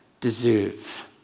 deserve